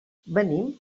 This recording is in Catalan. venim